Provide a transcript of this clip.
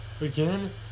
Again